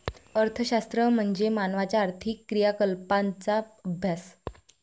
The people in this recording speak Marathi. अर्थशास्त्र म्हणजे मानवाच्या आर्थिक क्रियाकलापांचा अभ्यास